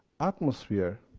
atmosphere,